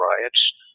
riots